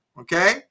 Okay